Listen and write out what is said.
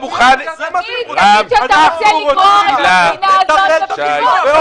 אנחנו יודעים שאתה רוצה לתרום למדינה הזאת את הבחירות.